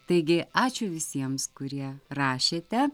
taigi ačiū visiems kurie rašėte